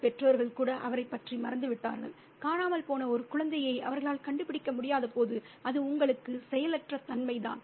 பெற்றோர்கள் கூட அவரைப் பற்றி மறந்துவிட்டார்கள் காணாமல் போன ஒரு குழந்தையை அவர்களால் கண்டுபிடிக்க முடியாதபோது அது உங்களுக்கு செயலற்ற தன்மைதான்